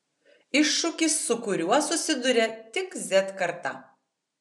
iššūkis su kuriuo susiduria tik z karta